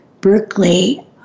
Berkeley